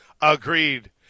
Agreed